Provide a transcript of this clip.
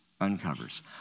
uncovers